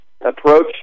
approach